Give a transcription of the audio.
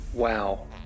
Wow